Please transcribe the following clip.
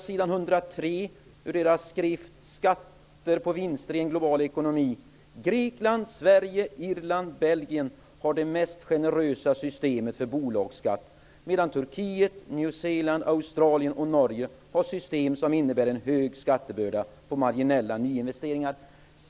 På s. 103 i deras skrift Skatter på vinster i en global ekonomi står det: Grekland, Sverige, Irland, Belgien har det mest generösa systemet för bolagsskatt medan Turkiet, Nya Zeeland, Australien och Norge har system som innebär en hög skattebörda på marginella nyinvesteringar.